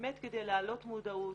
באמת כדי להעלות מודעות,